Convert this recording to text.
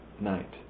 night